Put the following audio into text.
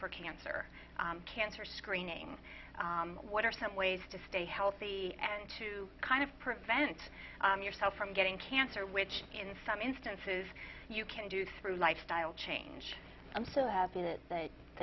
for cancer cancer screening what are some ways to stay healthy and to kind of prevent yourself from getting cancer which in some instances you can do through lifestyle change i'm so happy that